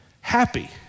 happy